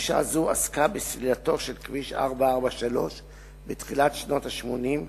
פרשה זו עסקה בסלילתו של כביש 443 בתחילת שנות ה-80,